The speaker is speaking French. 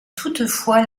toutefois